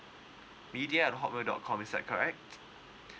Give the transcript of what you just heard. media at hotmail dot com is that correct